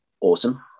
Awesome